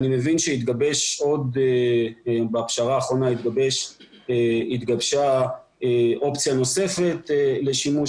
אני מבין שבפשרה האחרונה התגבשה אופציה נוספת לשימוש